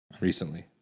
recently